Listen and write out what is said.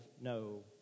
no